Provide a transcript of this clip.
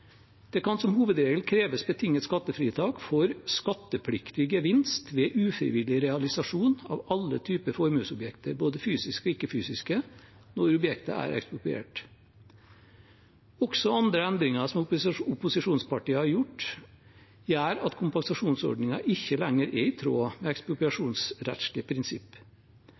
kan som hovedregel kreves betinget skattefritak for skattepliktig gevinst ved ufrivillig realisasjon av alle typer formuesobjekter, både fysiske og ikke-fysiske, når objektet er ekspropriert» Også andre endringer som opposisjonspartiene har gjort, gjør at kompensasjonsordningen ikke lenger er i tråd med ekspropriasjonsrettslige prinsipp.